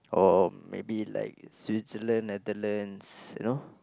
or maybe like Switzerland Netherlands you know